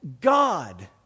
God